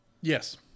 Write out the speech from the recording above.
Yes